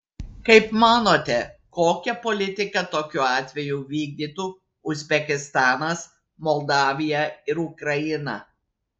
kaip manote kokią politiką tokiu atveju vykdytų uzbekistanas moldavija ir ukraina